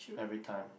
everytime